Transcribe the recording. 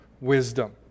wisdom